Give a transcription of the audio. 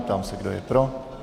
Ptám se, kdo je pro.